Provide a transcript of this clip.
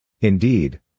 Indeed